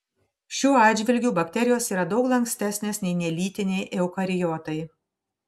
šiuo atžvilgiu bakterijos yra daug lankstesnės nei nelytiniai eukariotai